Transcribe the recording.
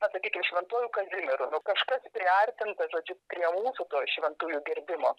na sakykim šventuoju kazimieru nu kažkas priartinta žodžiu prie mūsų to šventųjų gerbimo